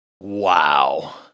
Wow